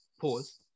pause